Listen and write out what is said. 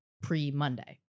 pre-Monday